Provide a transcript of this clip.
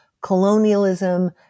colonialism